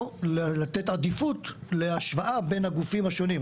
או לתת עדיפות להשוואה בין הגופים השונים?